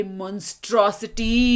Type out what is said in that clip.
monstrosity